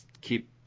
Keep